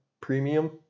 Premium